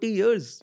years